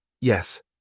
Yes